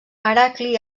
heracli